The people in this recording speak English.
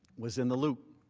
was in the loop.